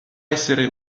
essere